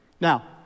Now